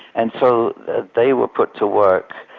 and so they were put to work,